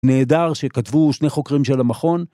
נהדר שכתבו שני חוקרים של המכון.